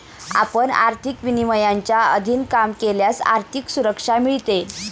आपण आर्थिक विनियमांच्या अधीन काम केल्यास आर्थिक सुरक्षा मिळते